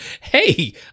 hey